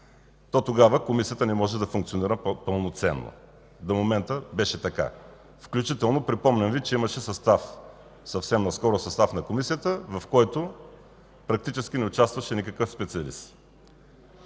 то тогава Комисията не може да функционира пълноценно. До момента беше така. Припомням Ви, че съвсем наскоро имаше състав на Комисията, в който практически не участваше никакъв специалист